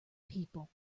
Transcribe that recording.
people